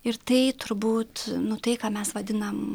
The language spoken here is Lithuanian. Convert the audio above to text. ir tai turbūt nu tai ką mes vadinam